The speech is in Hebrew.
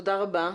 תודה רבה.